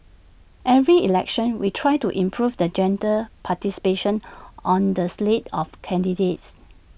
every election we try to improve the gender participation on the slate of candidates